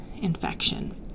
infection